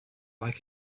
like